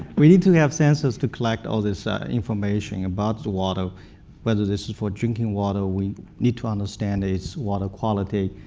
we need to have sensors to collect all this information about the water, whether this is for drinking water. we need to understand it's water quality.